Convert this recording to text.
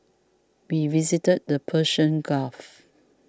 we visited the Persian Gulf